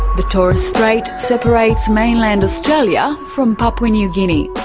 the torres strait separates mainland australia from papua new guinea.